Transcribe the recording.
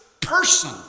person